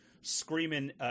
screaming